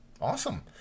Awesome